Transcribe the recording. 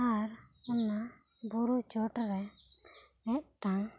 ᱟᱨ ᱚᱱᱟ ᱵᱩᱨᱩ ᱪᱚᱴ ᱨᱮ ᱢᱤᱫᱴᱟᱝ